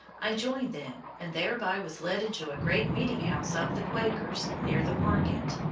i joined them, and thereby was led into a great meeting-house of the quakers, near the market.